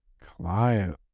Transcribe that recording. client